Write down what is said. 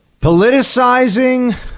Politicizing